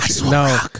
No